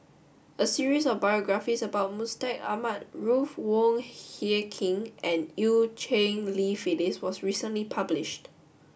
a series of biographies about Mustaq Ahmad Ruth Wong Hie King and Eu Cheng Li Phyllis was recently published